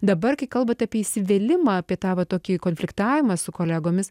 dabar kai kalbat apie įsivėlimą apie tą va tokį konfliktavimą su kolegomis